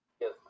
Yes